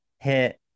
hit